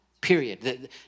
period